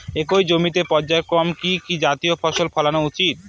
একই জমিতে পর্যায়ক্রমে কি কি জাতীয় ফসল ফলানো উচিৎ?